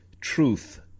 truth